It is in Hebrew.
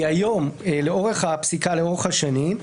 היום לאורך הפסיקה, לאורך השנים,